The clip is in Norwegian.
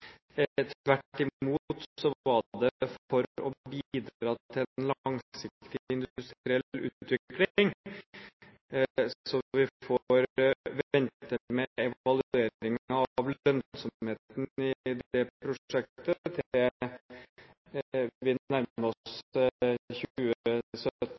Tvert imot var det for å bidra til en langsiktig industriell utvikling. Så vi får vente med evalueringen av lønnsomheten i det prosjektet til vi nærmer